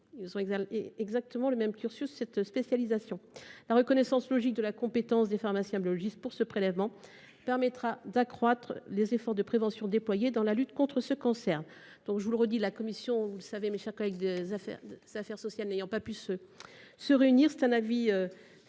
est exactement le même cursus cette spécialisation la reconnaissance logique de la compétence des pharmaciens biologistes pour ce prélèvement permettra d'accroître les efforts de prévention déployés dans la lutte contre ce cancer, donc je vous le redis, la commission vous le savez, mes chers collègues, des affaires ça Affaires sociales n'ayant pas pu se se réunir, c'est un avis